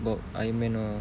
about iron man or